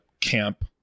camp